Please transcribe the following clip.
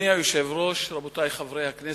אדוני היושב-ראש, רבותי חברי הכנסת,